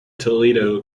toledo